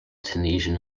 tunisian